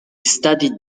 studied